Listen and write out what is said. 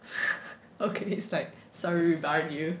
okay it's like sorry revive you